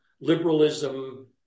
liberalism